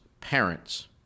parents